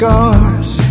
Scars